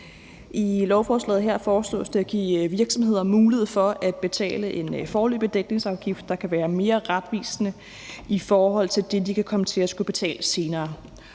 I lovforslaget her foreslås det at give virksomheder mulighed for at betale en foreløbig dækningsafgift, der kan være mere retvisende i forhold til det, de kan komme til at skulle betale senere.